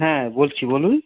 হ্যাঁ বলছি বলুন